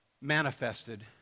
manifested